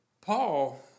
Paul